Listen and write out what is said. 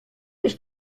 ich